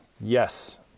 yes